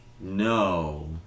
No